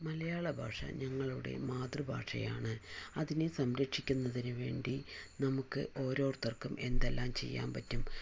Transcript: മലയാള ഭാഷ ഞങ്ങളുടെ മാതൃഭാഷയാണ് അതിനെ സംരക്ഷിക്കുന്നതിന് വേണ്ടി നമുക്ക് ഓരോരുത്തർക്കും എന്തെല്ലാം ചെയ്യാൻ പറ്റും